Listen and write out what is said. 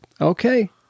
okay